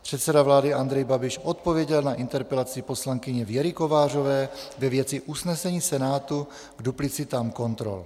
Předseda vlády Andrej Babiš odpověděl na interpelaci poslankyně Věry Kovářové ve věci usnesení Senátu k duplicitám kontrol.